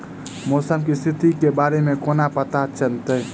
मौसम केँ स्थिति केँ बारे मे कोना पत्ता चलितै?